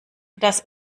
dass